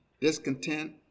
discontent